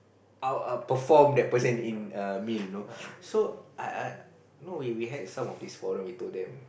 out outperform that person in a meal you know so I I we had some of this problem we told them